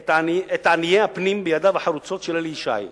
את ענייני הפנים בידיו החרוצות של אלי ישי.